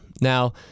Now